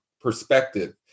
perspective